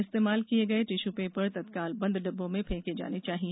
इस्तेमाल किये गये टिश्यू पेपर तत्काल बंद डिब्बों में फेंके जाने चाहिए